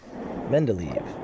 Mendeleev